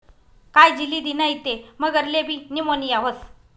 कायजी लिदी नै ते मगरलेबी नीमोनीया व्हस